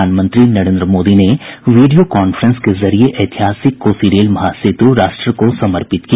प्रधानमंत्री नेरन्द्र मोदी ने video conference के जरिये ऐतिहासिक कोसी रेल महासेतु राष्ट्र को समर्पित किया